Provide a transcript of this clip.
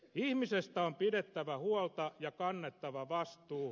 ihmisestä on pidettävä huolta ja kannettava vastuu